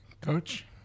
Coach